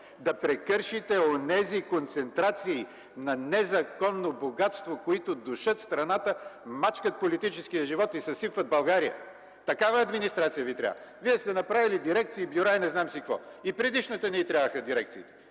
да прекършите онези концентрации на незаконно богатство, които душат страната, мачкат политическия живот и съсипват България. Такава администрация Ви трябва. Вие сте направили дирекции, бюра и не знам си какво. И на предишната не й трябваха дирекциите.